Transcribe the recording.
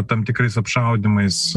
tam tikrais apšaudymais